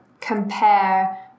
compare